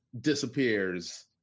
disappears